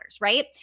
right